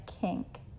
kink